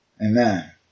Amen